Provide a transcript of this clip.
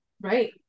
right